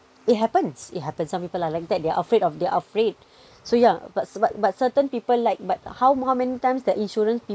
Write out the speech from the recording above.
it happens it happens some people are like that they're afraid of their afraid so yeah but but but certain people like but how many times that insurance